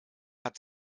hat